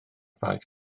faes